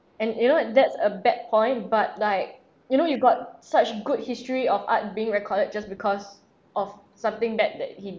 and you know that's a bad point but like you know you've got such good history of art being recorded just because of something bad that he